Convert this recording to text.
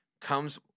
comes